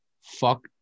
fuck